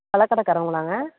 பழக் கடைக்காரவங்களாங்க